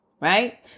Right